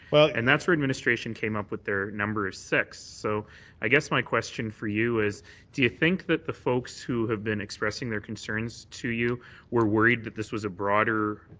and that's where administration came up with their number six, so i guess my question for you is do you think that the folks who have been expressing their concerns to you were worried that this was a broader